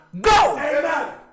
go